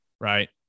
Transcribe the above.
right